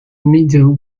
meadow